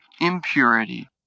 impurity